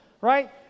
Right